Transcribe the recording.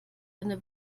eine